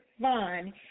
fun